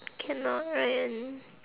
cannot rain